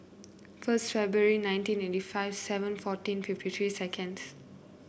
first February nineteen eighty five seven fourteen fifty three seconds